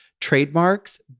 trademarks